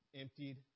emptied